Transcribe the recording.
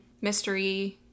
mystery